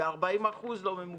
וב-40% לא ממוגנים,